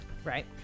Right